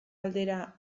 aldera